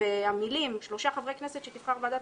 והמילים "שלושה חברי כנסת שתבחר ועדת